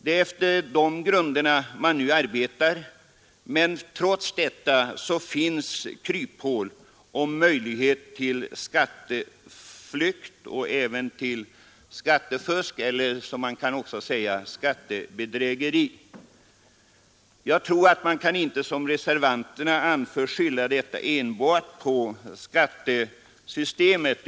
Det är efter dessa grunder man nu arbetar, men trots detta finns kryphål och möjlighet till skatteflykt och skattefusk — man kan även säga skattebedrägeri. Jag tror inte att man som reservanterna gör kan skylla detta enbart på skattesystemet.